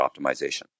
optimization